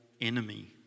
enemy